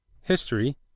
History